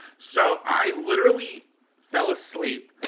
so, i literally fell asleep